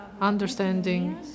understanding